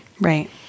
right